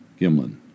Gimlin